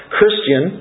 Christian